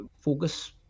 focus